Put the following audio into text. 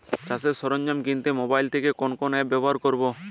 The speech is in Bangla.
চাষের সরঞ্জাম কিনতে মোবাইল থেকে কোন অ্যাপ ব্যাবহার করব?